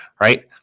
right